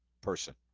person